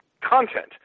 content